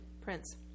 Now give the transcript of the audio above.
Prince